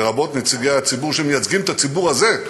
לרבות נציגי הציבור שמייצגים את הציבור הזה,